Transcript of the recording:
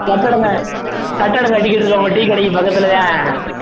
கட்டிடந்தான் கட்டிடம் கட்டிக்கிட்ருக்கிறோம் உங்கள் டீக்கடைக்கு பக்கத்தில் தான்